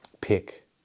pick